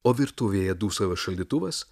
o virtuvėje dūsavo šaldytuvas